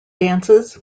dances